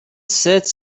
sept